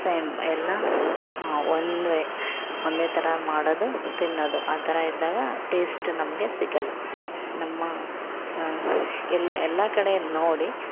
same ಎಲ್ಲ one way ಒಂದೇ ಥರ ಮಾಡೋದು ತಿನ್ನೋದು ಆ ಥರ ಇದ್ದಾಗ ಟೇಸ್ಟ್ ನಮಗೆ ಸಿಗೋಲ್ಲ ನಮ್ಮ ಎಲ್ಲ ಎಲ್ಲ ಕಡೆ ನೋಡಿ